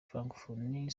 francophonie